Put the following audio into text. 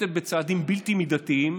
ונוקטת צעדים בלתי מידתיים